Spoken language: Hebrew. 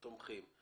תומכים.